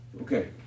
Okay